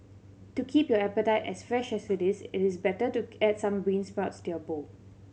to keep your appetite as fresh as it is it is better to add some bean sprouts to your bowl